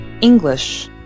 English